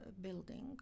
building